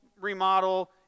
remodel